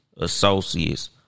associates